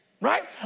right